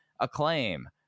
acclaim